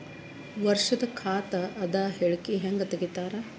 ವರ್ಷದ ಖಾತ ಅದ ಹೇಳಿಕಿ ಹೆಂಗ ತೆಗಿತಾರ?